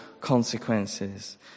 consequences